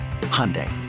Hyundai